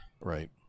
Right